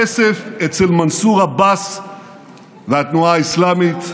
הכסף אצל מנסור עבאס והתנועה האסלאמית,